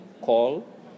call